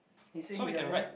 he say he doesn't